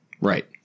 Right